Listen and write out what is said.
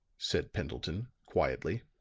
said pendleton, quietly.